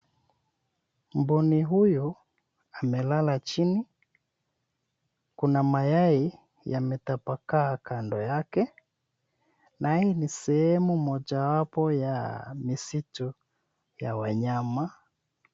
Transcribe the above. Mbuni huyo amelala chini. Kuna mayai yametapakaa kando yake na hii ni sehemu mojawapo ya misitu ya wanyama.